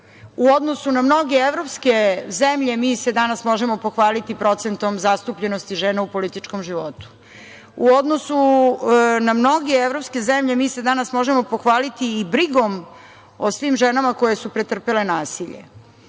u odnosu na mnoge evropske zemlje, mi se danas možemo pohvaliti procentom zastupljenosti žena u političkom životu. U odnosu na mnoge evropske zemlje, mi se danas možemo pohvaliti i brigom o svim ženama koje su pretrpele nasilje. Sigurna